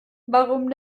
warum